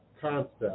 concept